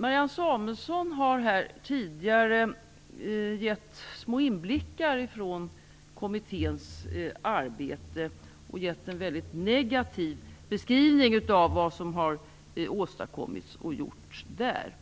Marianne Samuelsson har här tidigare gett små inblickar i kommitténs arbete och gett en väldigt negativ beskrivning av vad som har åstadkommits där.